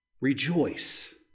rejoice